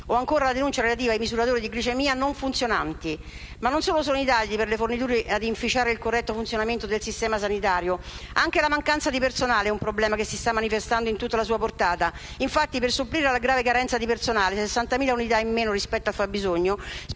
o ancora la denuncia relativa ai misuratori di glicemia non funzionanti. Ma non sono solo i tagli per le forniture ad inficiare il corretto funzionamento del sistema sanitario; anche la mancanza di personale è un problema che si sta manifestando in tutta la sua portata. Infatti, per supplire alla grave carenza di personale (60.000 unità in meno rispetto al fabbisogno